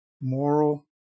moral